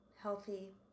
healthy